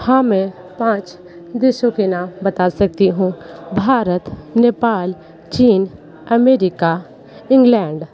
हाँ मैं पाँच देशों के नाम बता सकती हूँ भारत नेपाल चीन अमेरिका इंग्लैण्ड